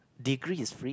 degree is free